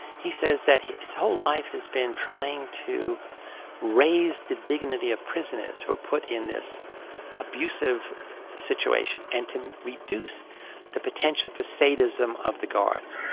he says that his whole life has been trying to raise the dignity of prisoners who are put in this abusive situation and to reduce the potential for sadism of the guards.